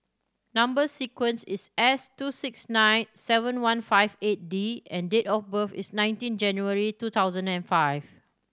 number sequence is S two six nine seven one five eight D and date of birth is nineteen January two thousand and five